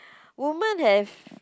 women have